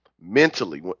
mentally